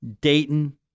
Dayton